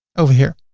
over here.